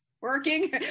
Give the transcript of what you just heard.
working